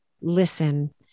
listen